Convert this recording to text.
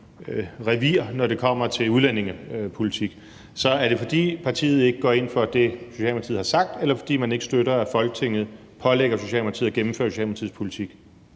revir, når det kommer til udlændingepolitik. Så er det, fordi partiet ikke går ind for det, som Socialdemokratiet har sagt, eller er det, fordi man ikke støtter, at Folketinget pålægger Socialdemokratiet at gennemføre Socialdemokratiets politik?